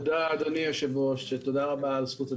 תודה, אדוני היושב-ראש על זכות הדיבור.